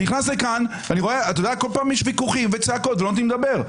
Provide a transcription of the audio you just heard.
אני נכנס לכאן וכל פעם יש ויכוחים וצעקות ולא נותנים לדבר.